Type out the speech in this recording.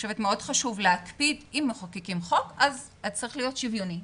מאוד חשוב להקפיד שאם מחוקקים חוק אז הוא צריך להיות שוויוני,